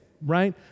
right